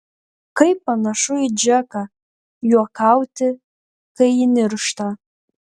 kaip panašu į džeką juokauti kai ji niršta